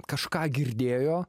kažką girdėjo